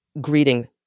greeting